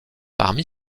parmi